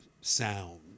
sound